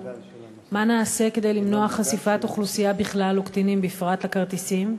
2. מה נעשה כדי למנוע חשיפת אוכלוסייה בכלל וקטינים בפרט לכרטיסים?